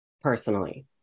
personally